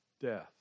death